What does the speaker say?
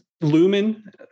Lumen